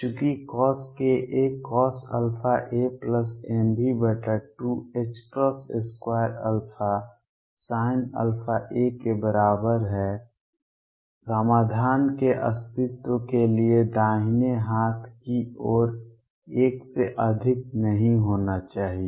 चूंकि Coska CosαamV22α Sinαa के बराबर है समाधान के अस्तित्व के लिए दाहिने हाथ की ओर एक से अधिक नहीं होना चाहिए